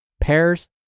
pears